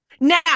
Now